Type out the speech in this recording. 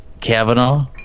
Kavanaugh